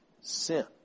sin